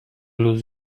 lose